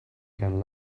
can